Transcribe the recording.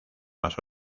más